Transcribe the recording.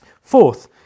Fourth